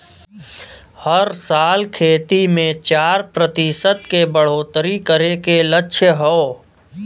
हर साल खेती मे चार प्रतिशत के बढ़ोतरी करे के लक्ष्य हौ